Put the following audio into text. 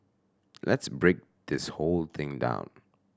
let's break this whole thing down